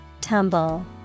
Tumble